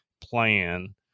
plan